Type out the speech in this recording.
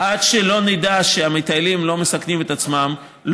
עד שלא נדע שהמטיילים לא מסכנים את עצמם,